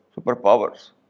superpowers